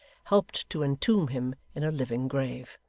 helped to entomb him in a living grave.